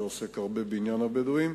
שעוסק הרבה בעניין הבדואים,